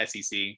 sec